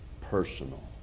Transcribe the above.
personal